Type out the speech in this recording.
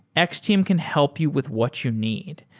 x-team can help you with what you need.